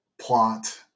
plot